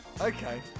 Okay